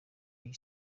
iyi